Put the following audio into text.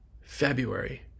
February